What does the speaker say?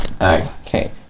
Okay